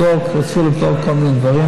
רצו לבדוק כל מיני דברים.